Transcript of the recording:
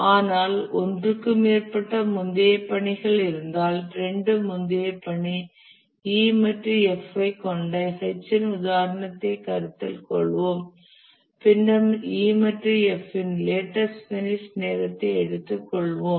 ஆனால் ஒன்றுக்கு மேற்பட்ட முந்தைய பணிகள் இருந்தால் இரண்டு முந்தைய பணி E மற்றும் F ஐக் கொண்ட H இன் உதாரணத்தைக் கருத்தில் கொள்வோம் பின்னர் E மற்றும் F இன் லேட்டஸ்ட் பினிஷ் நேரத்தை எடுத்துக்கொள்வோம்